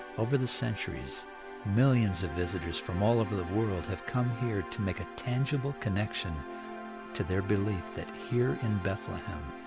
over the centuries millions of visitors from all over the world have come here. to make a tangible connection to their belief that, here in bethlehem,